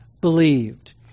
believed